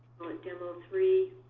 demo three.